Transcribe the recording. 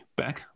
back